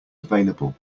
available